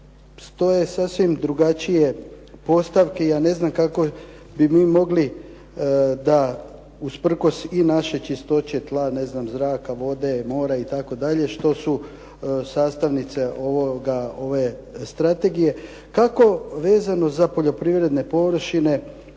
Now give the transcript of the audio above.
stoje sasvim drugačije postavke i ja ne znam kako bi mi mogli da usprkos i naše čistoće tla, ne znam zraka, vode, mora itd. što su sastavnice ove strategije. Kako vezano za poljoprivredne površine